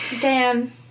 Dan